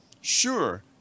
Sure